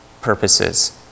purposes